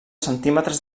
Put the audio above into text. centímetres